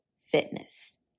fitness